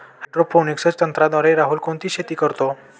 Hydroponics तंत्रज्ञानाद्वारे राहुल कोणती शेती करतो?